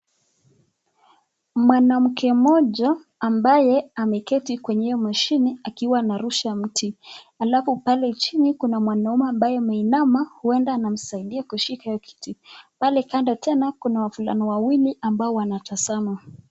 Mwanamke mmoja ambaye ameketi kwenye mashine akiwa anarusha mti alafu pale chini kuna mwanaume ambaye ameinama huenda anamsaidia kushika hiyo kiti. Pale kando tena kuna wavulana wawili ambao wanatazama.